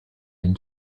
can